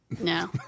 No